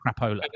crapola